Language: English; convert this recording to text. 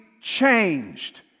changed